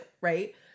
right